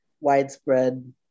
widespread